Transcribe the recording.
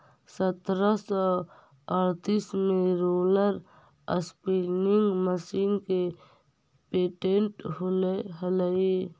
सत्रह सौ अड़तीस में रोलर स्पीनिंग मशीन के पेटेंट होले हलई